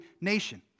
nation